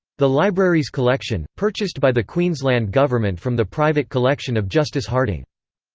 the library's collection, purchased by the queensland government from the private collection of justice harding.